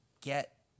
get